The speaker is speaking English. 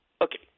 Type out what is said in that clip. Okay